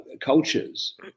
cultures